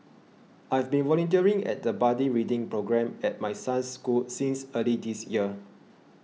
I've been volunteering at the buddy reading programme at my son's school since early this year